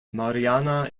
marianna